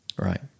Right